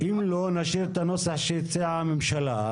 אם לא, נשאיר את הנוסח שהציעה הממשלה.